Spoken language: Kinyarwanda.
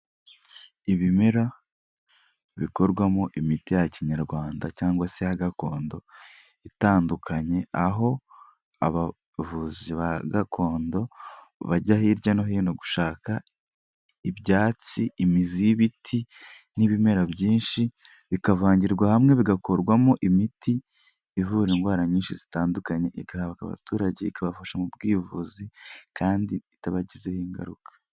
Ibimera bikorwamo imiti ya kinyarwanda cyangwa se ya gakondo itandukanye, aho abavuzi ba gakondo bajya hirya no hino gushaka, ibyatsi, imizi y'ibiti n'ibimera byinshi, bikavangirwa hamwe bigakorwamo imiti ivura indwara nyinshi zitandukanye, igahabwa abaturage ikabafasha mu bwivuzi kandi itabagizeho ingaruka.